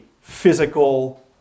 physical